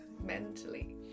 mentally